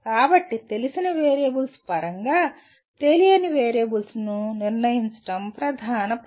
కాబట్టి తెలిసిన వేరియబుల్స్ పరంగా తెలియని వేరియబుల్స్ ను నిర్ణయించడం ప్రధాన పని